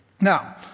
Now